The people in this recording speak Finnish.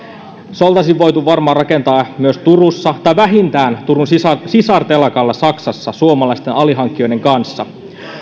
se oltaisiin voitu varmaan rakentaa myös turussa tai vähintään turun sisartelakalla saksassa suomalaisten alihankkijoiden kanssa